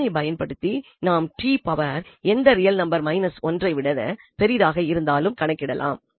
இதனைப் பயன்படுத்தி நாம் t பவர் எந்த ரியல் நம்பர் 1ஐ விட பெரிதாக இருந்தாலும் கணக்கிடலாம்